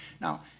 Now